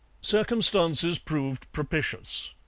circumstances proved propitious.